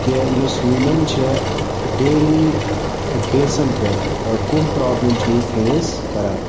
کہِ یۄس وومیٚن چھِ ڈیلی ٲں بیسَن پٮ۪ٹھ ٲں کٕم پرٛابلِم چھِ یہِ فیس کَران